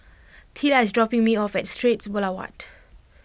Teela is dropping me off at Straits Boulevard